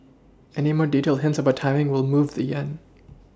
any more detailed hints about timing will move the yen